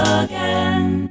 again